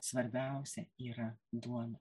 svarbiausia yra duona